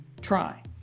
try